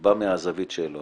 בא מהזווית שלו,